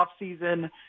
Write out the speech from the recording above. offseason